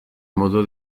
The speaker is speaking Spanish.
modo